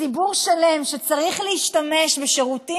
ציבור שלם שצריך להשתמש בשירותים